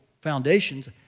foundations